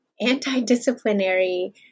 anti-disciplinary